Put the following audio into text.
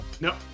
No